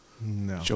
No